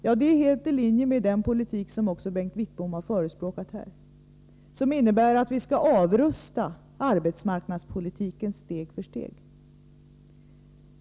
Detta är helt i linje med den politik som också Bengt Wittbom har förespråkat här och som innebär att vi skall avrusta arbetsmarknadspolitiken steg för steg.